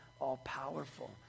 all-powerful